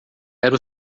era